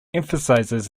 emphasizes